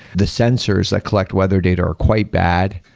the sensors that collect whether data are quite bad,